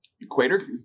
Equator